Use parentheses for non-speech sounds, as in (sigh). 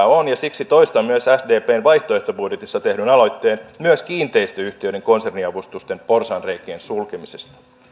(unintelligible) on ja siksi toistan myös sdpn vaihtoehtobudjetissa tehdyn aloitteen myös kiinteistöyhtiöiden konserniavustusten porsaanreikien sulkeminen